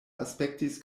aspektis